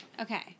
Okay